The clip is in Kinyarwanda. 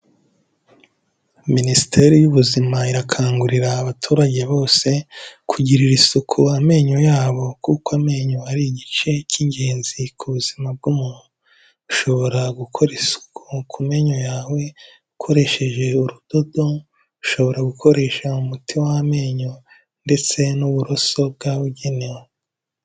Minisiteri y'ubuzima irakangurira abaturage bose kugirira isuku amenyo yabo kuko amenyo ari igice cy'ingenzi ku buzima bw'umuntu, ushobora gukora isuku ku menyo yawe ukoresheje urudodo, ushobora gukoresha umuti w'amenyo ndetse n'uburoso bwabugenewe.